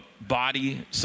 body –